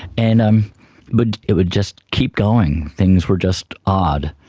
and um but it would just keep going, things were just odd.